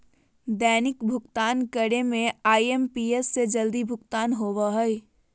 दैनिक भुक्तान करे में आई.एम.पी.एस से जल्दी भुगतान होबो हइ